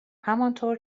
همانطور